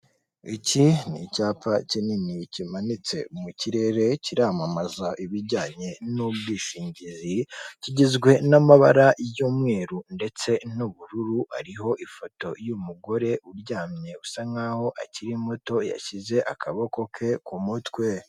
Iki n'icyapa kinini kimanitse mu kirere kiramamaza ibijyanye n'ubwishingizi, kigizwe n'amabara y'umweru ndetse n'ubururu hariho ifoto y'umugore uryamye usa nkaho akiri muto yashyize akaboko ke ku mutwe.